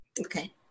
Okay